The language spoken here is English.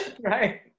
Right